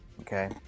Okay